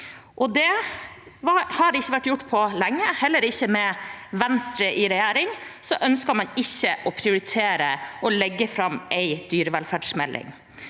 Det har ikke vært gjort på lenge – heller ikke med Venstre i regjering ønsket man å prioritere å legge fram en dyrevelferdsmelding.